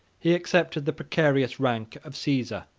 he accepted the precarious rank of caesar,